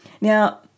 Now